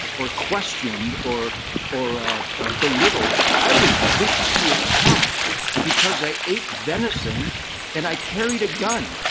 or questioned or or belittled. i was viciously attacked because they ate venison and i carried a gun.